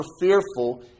fearful